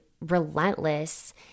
relentless